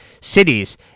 cities